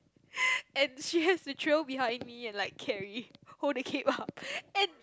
and she has to trail behind me and like carry hold the cape up and